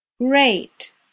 great